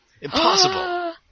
Impossible